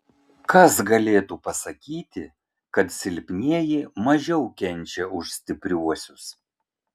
kas galėtų pasakyti kad silpnieji mažiau kenčia už stipriuosius